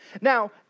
Now